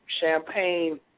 champagne